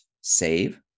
save